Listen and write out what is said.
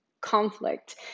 conflict